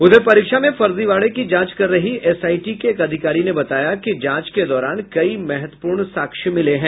उधर परीक्षा में फर्जीवाड़े की जांच कर रही एसआईटी के एक अधिकारी ने बताया कि जांच के दौरान कई महत्वपूर्ण साक्ष्य मिले हैं